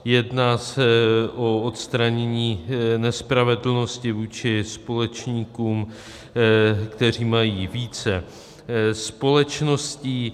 Jedná se o odstranění nespravedlnosti vůči společníkům, kteří mají více společností.